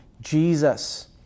Jesus